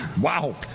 Wow